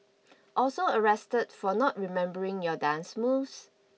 also arrested for not remembering your dance moves